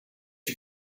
you